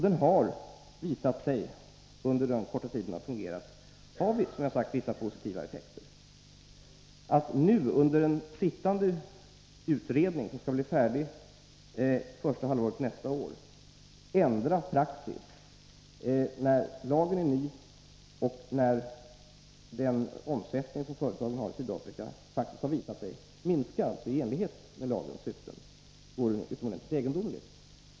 Den har också, som jag har sagt, under den korta tid den fungerat visat sig ha vissa positiva effekter. Att nu under pågående utredning, som skall bli färdig första halvåret 1984, och efter det att vi nyligen fått en lag som lett till att den omsättning som de svenska företagen har i Sydafrika faktiskt visat sig minska — i enlighet med lagens syften — ändra praxis vore utomordentligt egendomligt.